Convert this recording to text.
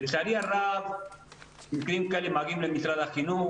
לצערי הרב מקרים כאלה מגיעים למשרד החינוך